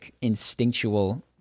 instinctual